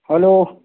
hello